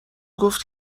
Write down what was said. گفت